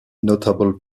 notable